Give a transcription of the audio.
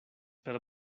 per